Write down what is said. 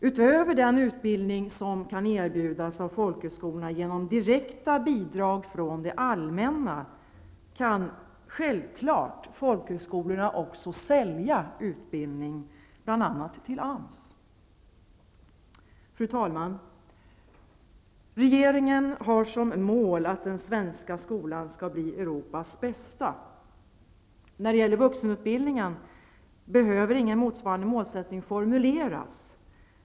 Utöver den utbildning som kan erbjudas av folkhögskolorna genom direkta bidrag från det allmänna, kan folkhögskolorna självfallet också sälja utbildning, bl.a. till AMS. Fru talman! Regeringen har som mål att den svenska skolan skall bli Europas bästa. När det gäller vuxenutbildningen behöver ingen motsvarande målsättning formuleras.